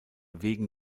wegen